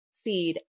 seed